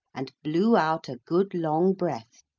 and blew out a good long breath,